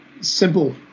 Simple